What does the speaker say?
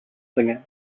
singer